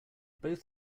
both